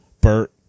Bert